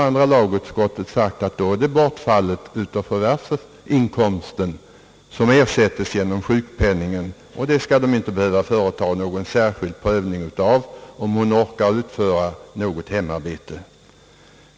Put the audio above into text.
Andra lagutskottet har då sagt, att det är bortfallet av förvärvsinkomsten som ersättes genom sjukpenningen, och man skall inte behöva företa någon särskild prövning av om hon orkar utföra något hemarbete.